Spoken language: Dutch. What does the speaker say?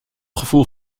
gevoel